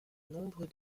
nombre